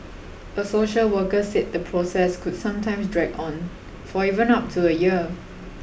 a social worker said the process could sometimes drag on for even up to a year